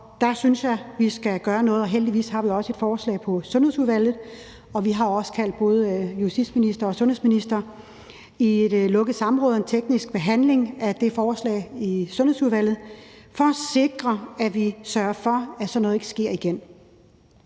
Der synes jeg, at vi skal gøre noget, og heldigvis har vi også et forslag i Sundhedsudvalget, og vi har også indkaldt både justitsministeren og sundhedsministeren til et lukket samråd og en teknisk behandling af det forslag i Sundhedsudvalget for at sikre, at sådan noget ikke sker igen.